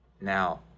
now